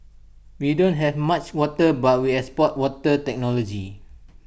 we don't have much water but we export water technology